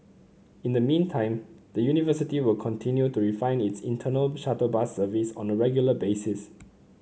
in the meantime the university will continue to refine its internal shuttle bus service on a regular basis